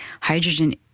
hydrogen